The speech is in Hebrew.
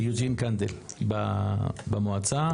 --- במועצה.